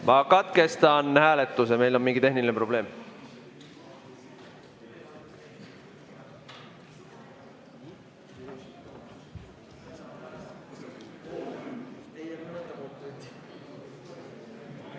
Ma katkestan hääletuse, meil on mingi tehniline probleem.